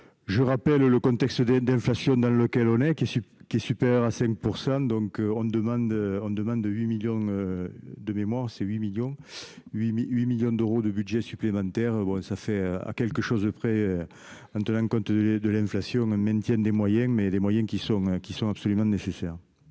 je rappelle le contexte d'inflation dans lequel on est qui est, qui est supérieur à 5 % donc on demande, on demande de 8 millions de mémoire, c'est 8 millions huit mille 8 millions d'euros de budget supplémentaire, bon ça fait à quelque chose de près en tenant compte de l'inflation ne maintiennent des moyens, mais les moyens qui sont, qui sont absolument nécessaires.